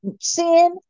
sin